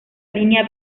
línea